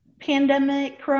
pandemic